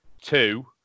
Two